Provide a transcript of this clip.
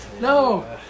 no